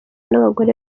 n’abagore